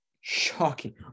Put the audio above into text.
Shocking